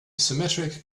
symmetric